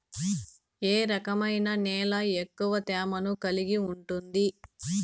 ఏ రకమైన నేల ఎక్కువ తేమను కలిగి ఉంటుంది?